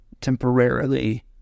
temporarily